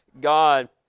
God